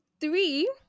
three